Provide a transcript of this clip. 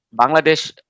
Bangladesh